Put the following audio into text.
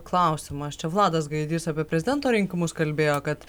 klausimas čia vladas gaidys apie prezidento rinkimus kalbėjo kad